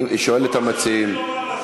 אני שואל את המציעים,